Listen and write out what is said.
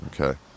Okay